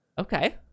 okay